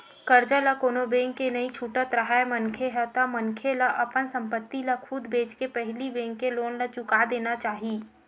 करजा ल कोनो बेंक के नइ छुटत राहय मनखे ह ता मनखे ला अपन संपत्ति ल खुद बेंचके के पहिली बेंक के लोन ला चुका देना चाही